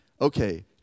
okay